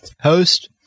Host